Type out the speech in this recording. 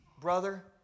brother